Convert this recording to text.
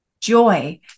joy